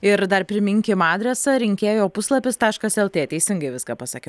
ir dar priminkim adresą rinkėjo puslapis taškas lt teisingai viską pasakiau